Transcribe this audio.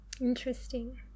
Interesting